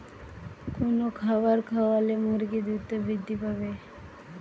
কোন খাবার খাওয়ালে মুরগি দ্রুত বৃদ্ধি পায়?